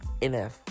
NF